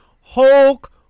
Hulk